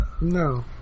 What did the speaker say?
no